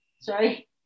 Sorry